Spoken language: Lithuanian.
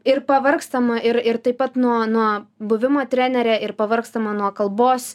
ir pavargstama ir ir taip pat nuo nuo buvimo trenere ir pavargstama nuo kalbos